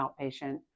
outpatient